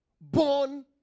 born